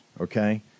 okay